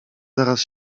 zaraz